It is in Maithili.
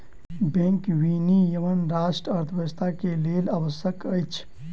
बैंक विनियमन राष्ट्रक अर्थव्यवस्था के लेल आवश्यक अछि